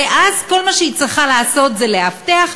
ואז כל מה שהיא צריכה לעשות זה לאבטח,